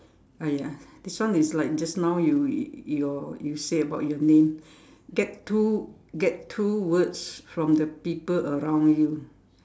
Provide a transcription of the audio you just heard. !aiya! this one is like just now you your you say about your name get two get two words from the people around you